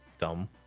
dumb